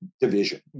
division